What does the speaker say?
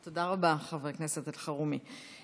תודה רבה, חבר הכנסת אלחרומי.